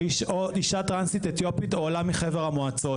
אישה טרנסית אתיופית או עולה מחבר המועצות.